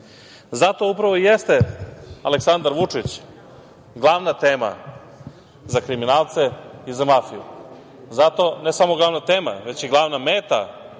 upravo i jeste Aleksandar Vučić glavna tema za kriminalce i za mafiju. Zato, ne samo glavna tema već i glavna meta